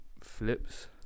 flips